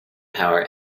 power